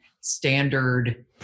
standard